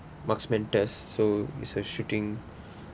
marksmen test so is a shooting